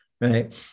right